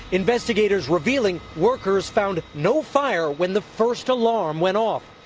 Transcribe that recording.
investigators revealing workers found no fire when the first alarm went off.